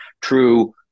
true